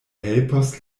helpos